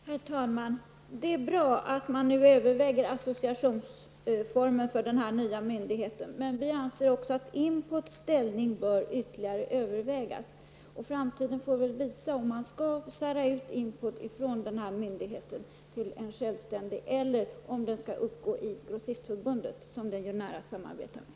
Herr talman! Det är bra att man nu överväger asociationsformen för den nya myndigheten, men vi anser att IMPODs ställning bör ytterligare övervägas. Framtiden får väl visa om man skall sära ut IMPOD och göra det till en självständig myndighet eller om det skall uppgå i Grossistförbundet, som det ju nära samarbetar med.